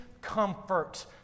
comfort